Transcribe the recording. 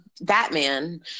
Batman